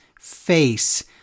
face